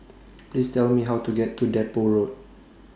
Please Tell Me How to get to Depot Road